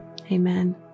Amen